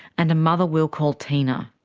and a mother we'll call tina.